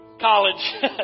college